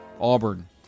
Auburn